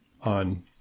on